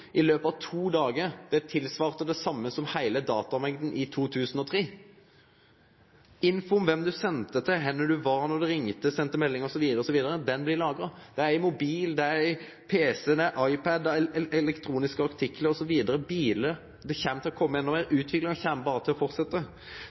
to dagar, tilsvarte altså det same som heile datamengda i 2003. Info om kven du sende til, eller kor du var då du ringde eller sende melding osv., blir lagra. Det gjeld mobilen, PC-ar, iPad-ar, elektroniske artiklar, bilar osv. Det kjem til å kome endå meir.